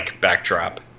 backdrop